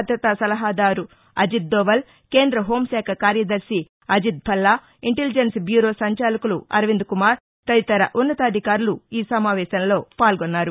భద్రతా సలహాదారు అజిత్ దోవల్ కేంద్ర హోంశాఖ కార్యదర్శి అజిత్ భల్లా ఇంటిలిజెన్స్ బ్యూరో సంచాలకులు అరవింద్ కుమార్ తదితర ఉన్నతాధికారులు ఈ సమావేశంలో పాల్గొన్నారు